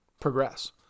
progress